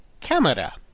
Camera